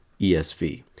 ESV